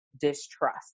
distrust